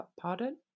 pardon